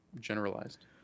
generalized